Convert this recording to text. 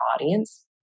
audience